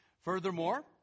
Furthermore